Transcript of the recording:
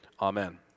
Amen